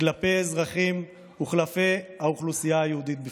כלפי אזרחים וכלפי האוכלוסייה היהודית בפרט.